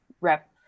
rep